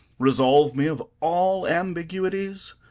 resolve me of all ambiguities,